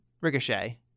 Ricochet